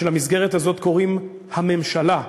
ולמסגרת הזאת קוראים הממשלה,